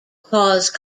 cause